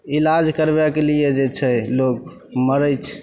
इलाज करबएके लिए जे छै लोग मरैत छै